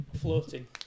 floating